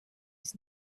was